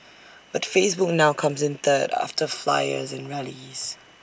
but Facebook now comes in third after flyers and rallies